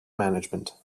management